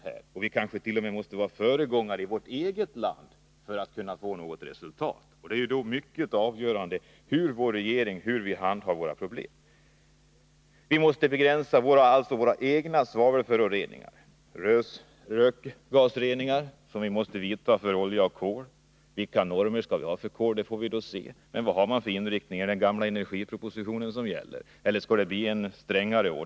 Kanske måste vi t.o.m. vara föregångare i vårt eget land för att kunna uppnå något resultat, och då är det avgörande hur vi sköter våra problem. Vi måste alltså begränsa våra egna svavelföroreningar. Det måste ordnas rökgasrening vid förbränning av olja och kol. Vi får se vilka normer som vi skall ha när det gäller kol. Vilken inriktning har man: Gäller den gamla energipropositionen, eller skall det bli strängare regler?